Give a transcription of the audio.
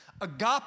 Agape